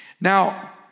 Now